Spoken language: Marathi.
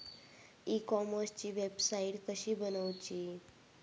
ई कॉमर्सची वेबसाईट कशी बनवची?